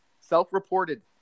self-reported